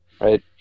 Right